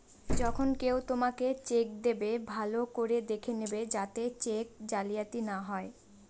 যখন কেউ তোমাকে চেক দেবে, ভালো করে দেখে নেবে যাতে চেক জালিয়াতি না হয়